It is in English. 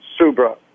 Subra